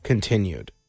Continued